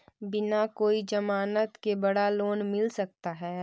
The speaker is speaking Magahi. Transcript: बिना कोई जमानत के बड़ा लोन मिल सकता है?